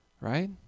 right